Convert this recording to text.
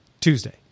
Tuesday